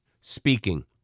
Speaking